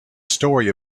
story